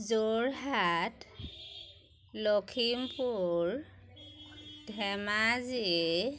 Jorhat Lakhimpur Dhemaji